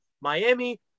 Miami